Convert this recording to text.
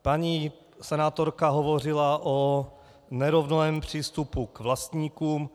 Paní senátorka hovořila o nerovném přístupu k vlastníkům.